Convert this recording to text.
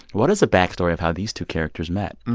what is the backstory of how these two characters met?